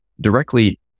directly